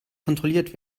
kontrolliert